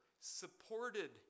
supported